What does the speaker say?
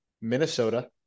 Minnesota